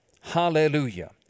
Hallelujah